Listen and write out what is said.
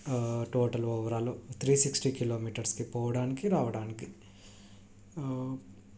total overall three sixty కిలోమీటర్స్కి పోవడానికి రావడానికి